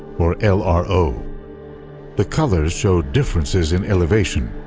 or lro. the colors show differences in elevation.